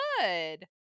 good